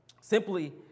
Simply